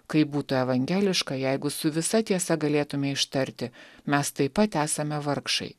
kaip būtų evangeliška jeigu su visa tiesa galėtume ištarti mes taip pat esame vargšai